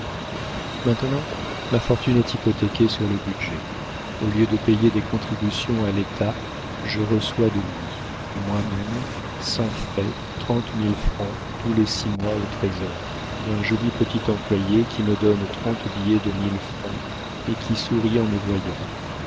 maintenant ma fortune est hypothéquée sur le budget au lieu de payer des contributions à l'état je reçois de lui moi-même sans frais trente mille francs tous les six mois au trésor d'un joli petit employé qui me donne trente billets de mille francs et qui sourit en me voyant